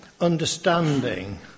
understanding